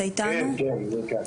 בועטים.